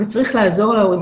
וצריך לעזור להורים.